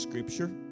scripture